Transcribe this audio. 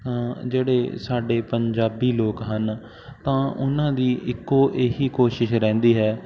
ਤਾਂ ਜਿਹੜੇ ਸਾਡੇ ਪੰਜਾਬੀ ਲੋਕ ਹਨ ਤਾਂ ਉਨ੍ਹਾਂ ਦੀ ਇੱਕੋ ਇਹ ਹੀ ਕੋਸ਼ਿਸ਼ ਰਹਿੰਦੀ ਹੈ